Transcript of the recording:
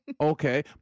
okay